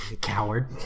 coward